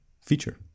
feature